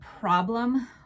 problem